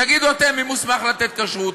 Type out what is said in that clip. תגידו אתם מי מוסמך לתת כשרות.